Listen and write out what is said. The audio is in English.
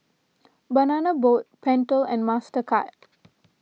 Banana Boat Pentel and Mastercard